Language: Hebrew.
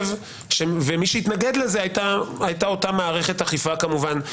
ומי שהתנגד לזה הייתה אותה מערכת אכיפה כמובן,